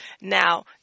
Now